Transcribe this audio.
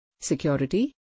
Security